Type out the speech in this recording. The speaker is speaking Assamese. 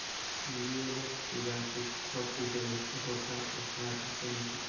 চিৰিয়েলত কিবা উৎসৱ উপলক্ষে থকা অফাৰ আছে নেকি